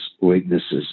weaknesses